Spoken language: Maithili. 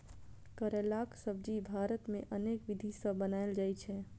करैलाक सब्जी भारत मे अनेक विधि सं बनाएल जाइ छै